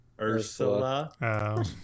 Ursula